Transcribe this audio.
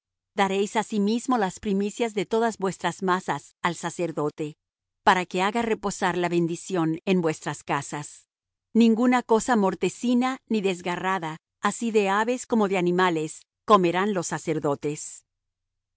daréis asimismo las primicias de todas vuestras masas al sacerdote para que haga reposar la bendición en vuestras casas ninguna cosa mortecina ni desgarrada así de aves como de animales comerán los sacerdotes